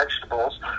vegetables